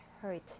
hurt